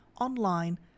online